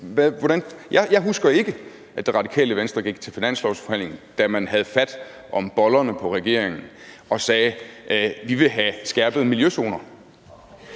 Jeg husker ikke, at Det Radikale Venstre gik til finanslovsforhandlingen, da man havde fat om bollerne på regeringen, og sagde: Vi vil have skærpede miljøzoner.